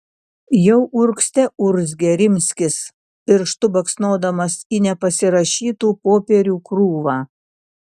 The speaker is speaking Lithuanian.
jau urgzte urzgė rimskis pirštu baksnodamas į nepasirašytų popierių krūvą